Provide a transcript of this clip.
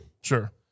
Sure